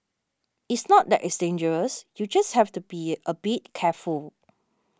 it's not that it's dangerous you just have to be a bit careful